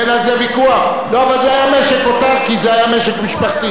כמה מנהלים יש וכמה עובדים יש?